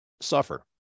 suffer